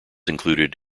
included